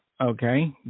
Okay